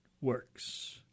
works